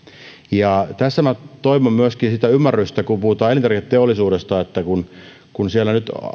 ja tässä minä toivon myöskin sitä ymmärrystä kun puhutaan elintarviketeollisuudesta että kun siellä nyt